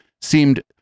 Seemed